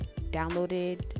downloaded